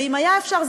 ואם היה אפשר,